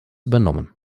übernommen